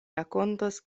rakontos